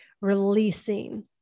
releasing